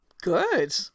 Good